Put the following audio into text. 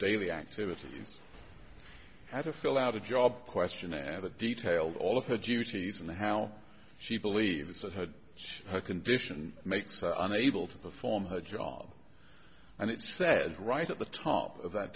daily activities how to fill out a job questionnaire that detailed all of her duties and how she believes that her condition makes an able to perform her job and it says right at the top of that